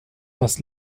más